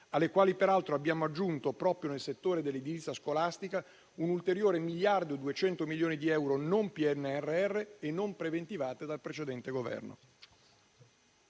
alle quali peraltro abbiamo aggiunto proprio nel settore dell'edilizia scolastica ulteriori 1,2 miliardi di euro non PNRR e non preventivati dal precedente Governo.